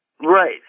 Right